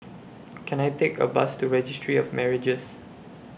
Can I Take A Bus to Registry of Marriages